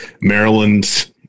Maryland